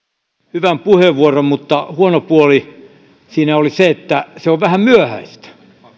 hyvän puheenvuoron mutta huono puoli siinä oli se että se on vähän myöhäistä